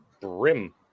brim